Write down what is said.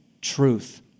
truth